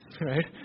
right